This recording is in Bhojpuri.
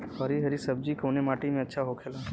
हरी हरी सब्जी कवने माटी में अच्छा होखेला?